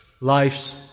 life's